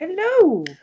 Hello